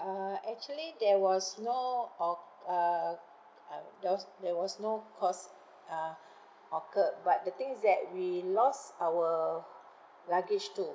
uh actually there was no oc~ uh uh there was there was no cost uh occur but the thing is that we lost our luggage too